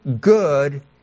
good